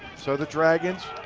so, the dragons